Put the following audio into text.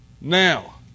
now